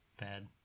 bad